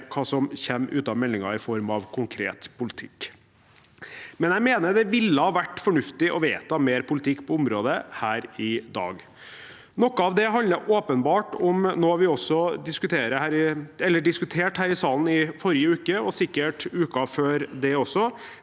hva som kommer ut av meldingen i form av konkret politikk. Jeg mener det ville vært fornuftig å vedta mer politikk på området her i dag. Noe av dette handler åpenbart om noe vi også diskuterte her i salen i forrige uke, og sikkert uken før det også,